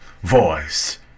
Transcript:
voice